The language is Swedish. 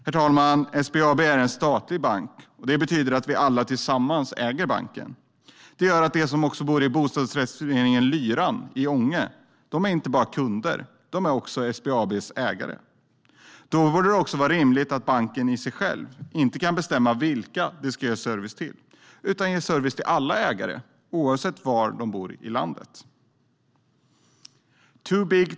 Herr talman! SBAB är en statlig bank. Det betyder att vi alla tillsammans äger banken. Det gör att de som bor i bostadsrättsföreningen Lyran i Ånge inte bara är kunder utan också ägare i SBAB. Då borde det vara rimligt att banken inte själv kan bestämma vilka man ska ge service till utan att man ska ge service till alla ägare, oavsett var i landet de bor.